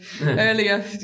earlier